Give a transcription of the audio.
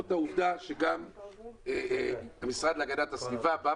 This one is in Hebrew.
זאת העובדה שגם המשרד להגנת הסביבה הציג